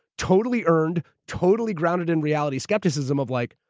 totally earned, totally grounded-in-reality skepticism of like,